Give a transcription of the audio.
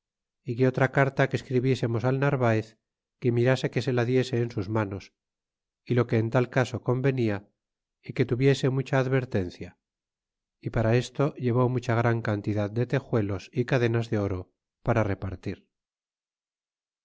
que otra carta que escribiesemos al narvaez que mirase que se la diese en sus manos é lo que en tal caso convenia é que tuviese mucha advertencia y para esto llevó mucha cantidad de tejuelos e cadenas de oro para repartir